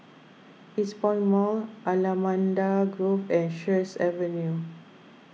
Eastpoint Mall Allamanda Grove and Sheares Avenue